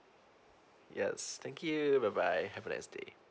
yes thank you bye bye have a nice day